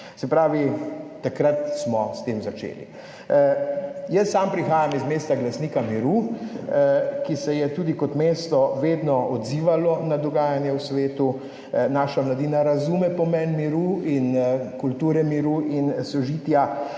Se pravi, takrat smo s tem začeli. Jaz sam prihajam iz mesta glasnika miru, ki se je tudi kot mesto vedno odzivalo na dogajanje v svetu. Naša mladina razume pomen miru in kulture miru in sožitja.